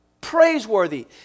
praiseworthy